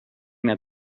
that